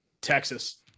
texas